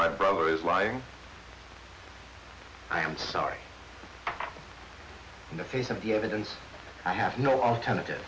my brother is lying i'm sorry in the face of the evidence i have no alternative